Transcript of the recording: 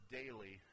daily